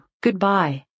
Goodbye